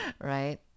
Right